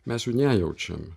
mes jų nejaučiam